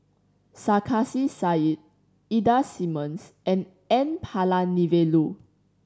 Sarkasi Said Ida Simmons and N Palanivelu